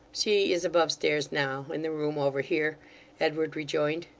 she is above-stairs now in the room over here edward rejoined.